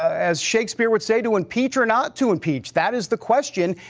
as shakespeare would say, to impeach or not to impeach, that is the question.